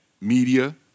media